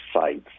sites